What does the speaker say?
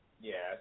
Yes